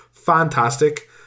Fantastic